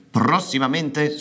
prossimamente